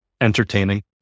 entertaining